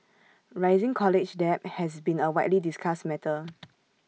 rising college debt has been A widely discussed matter